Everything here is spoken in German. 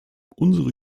unsere